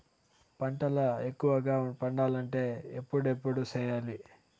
పంటల ఎక్కువగా పండాలంటే ఎప్పుడెప్పుడు సేయాలి?